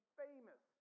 famous